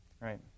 right